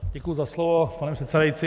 Děkuji za slovo, pane předsedající.